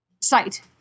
site